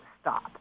stop